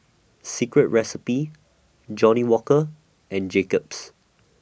Secret Recipe Johnnie Walker and Jacob's